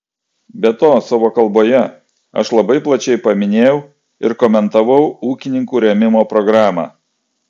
be to savo kalboje aš labai plačiai paminėjau ir komentavau ūkininkų rėmimo programą